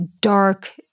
dark